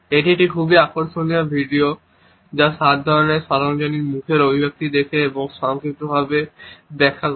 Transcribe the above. এটি একটি খুব আকর্ষণীয় ভিডিও যা সাত ধরনের সার্বজনীন মুখের অভিব্যক্তি দেখে এবং সংক্ষিপ্তভাবে ব্যাখ্যা করে